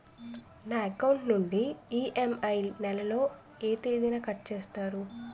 నా అకౌంట్ నుండి ఇ.ఎం.ఐ నెల లో ఏ తేదీన కట్ చేస్తారు?